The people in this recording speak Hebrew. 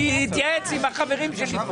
אני אתייעץ עם החברים שלי פה.